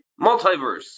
multiverse